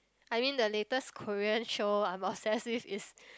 I mean the latest Korean show I'm obsessed with is